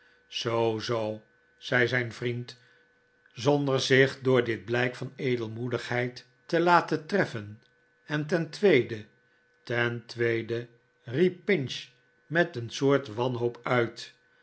zoo zoo zei zijn vriend zonder zich door dit blijk van edelmoedigheid te laten treffen en ten tweede ten tweede riep pinch met een soort wanhoop uit